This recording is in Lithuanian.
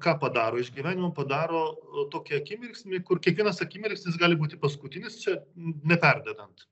ką padaro iš gyvenimo padaro tokį akimirksnį kur kiekvienas akimirksnis gali būti paskutinis čia neperdedant